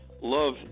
love